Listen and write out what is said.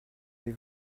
avez